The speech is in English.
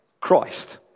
Christ